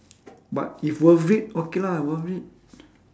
but if worth it okay lah worth it